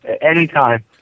Anytime